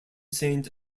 saint